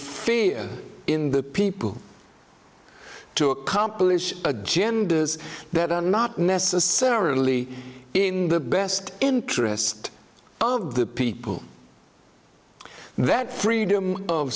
fear in the people to accomplish agendas that are not necessarily in the best interest of the people that freedom of